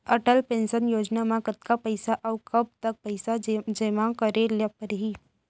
Atal pension योजना म कतका पइसा, अऊ कब तक पइसा जेमा करे ल परही?